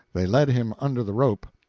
they led him under the rope.